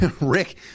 Rick